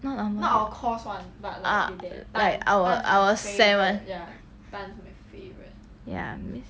not our module [one] ah tan our our seventh ya